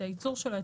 את הייצור שלו,